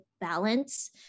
balance